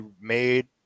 made